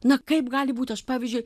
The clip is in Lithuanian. na kaip gali būti aš pavyzdžiui